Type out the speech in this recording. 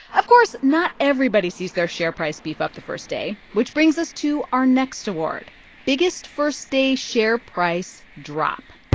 of course, not everybody sees their share price beef up the first day, which brings us to our next award biggest first-day share price drop.